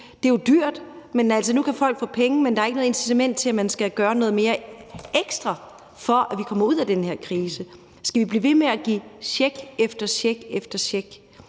det er jo dyrt. Altså, nu kan folk få penge, men der er ikke noget incitament til, at man skal gøre noget mere, noget ekstra, for, at vi kommer ud af den her krise. Skal vi blive ved med at give check efter check?